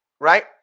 right